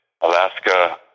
Alaska